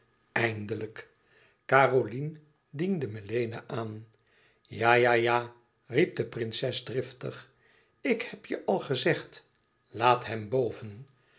eindelijk caroline diende melena aan ja ja ja riep de prinses driftig ik heb je al gezegd laat hem boven